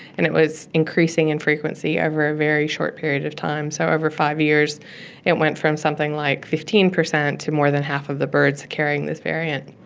and it was increasing in frequency over a very short period of time. so over five years it went from something like fifteen percent to more than half of the birds carrying this variant.